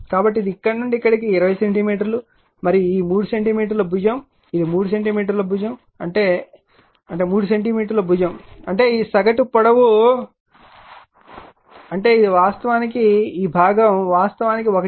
కాబట్టి ఇది ఇక్కడ నుండి ఇక్కడకు 20 సెంటీమీటర్లు మరియు ఈ 3 సెంటీమీటర్లు భుజం ఇది 3 సెంటీమీటర్ భుజం అంటే అంటే 3 సెంటీమీటర్ భుజం అంటే ఈ సగటు పొడవు అంటే ఇది వాస్తవానికి ఈ భాగం వాస్తవానికి 1